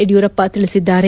ಯಡಿಯೂರಪ್ಪ ತಿಳಿಸಿದ್ದಾರೆ